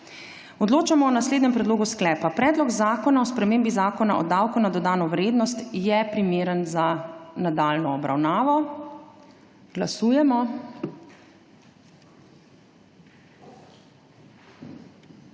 Odločamo o naslednjem predlogu sklepa: Predlog zakona o spremembi Zakona o davku na dodano vrednost je primeren za nadaljnjo obravnavo. Glasujemo.